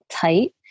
tight